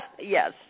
yes